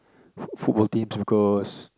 foot~ football teams because